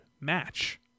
match